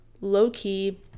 low-key